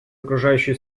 окружающей